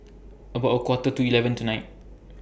about A Quarter to eleven tonight